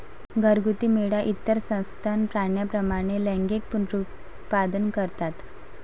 घरगुती मेंढ्या इतर सस्तन प्राण्यांप्रमाणे लैंगिक पुनरुत्पादन करतात